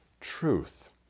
truth